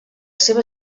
seva